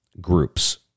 groups